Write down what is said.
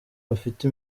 bafite